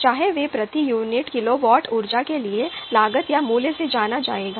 चाहे वे प्रति यूनिट किलोवाट ऊर्जा के लिए लागत या मूल्य से जाना जाएगा